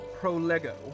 Prolego